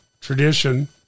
tradition